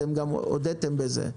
אתם גם הודיתם בזה.